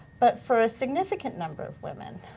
but for a significant number of women,